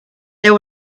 there